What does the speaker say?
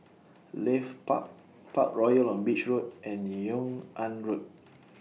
Leith Park Parkroyal on Beach Road and Yung An Road